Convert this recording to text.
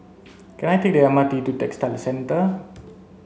can I take the M R T to Textile Centre